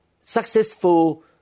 successful